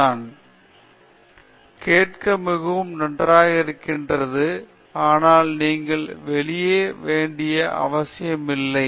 பேராசிரியர் பிரதாப் ஹரிதாஸ் கேட்க மிகவும் நன்றாக இருக்கிறது ஆனால் நீங்கள் வெளியேற வேண்டிய அவசியமில்லை அதை முடிக்க முடியும்